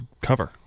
cover